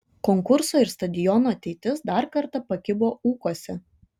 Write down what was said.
konkurso ir stadiono ateitis dar kartą pakibo ūkuose